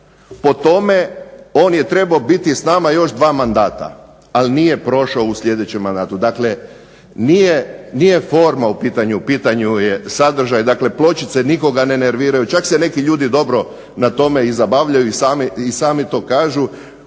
Po tome, on je trebao biti s nama još dva mandata, ali nije prošao u sljedećem mandatu. Dakle nije forma u pitanju, u pitanju je sadržaj, dakle pločice nikoga ne nerviraju, čak se neki ljudi dobro na tome i zabavljaju i sami to kažu,